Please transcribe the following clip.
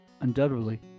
Undoubtedly